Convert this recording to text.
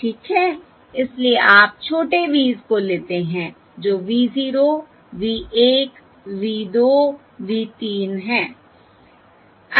ठीक है इसलिए आप छोटे v s को लेते हैं जो v 0 v 1 v 2 v 3 है